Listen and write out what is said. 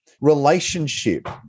Relationship